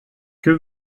que